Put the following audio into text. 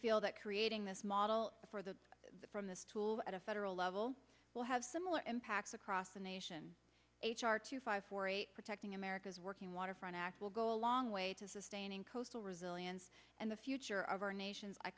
feel that creating this model for the from the stool at a federal level will have similar impacts across the nation h r two five four eight protecting america's working waterfront act will go a long way to sustaining coastal resilience in the future of our nation's i